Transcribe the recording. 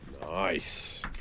Nice